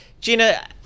Gina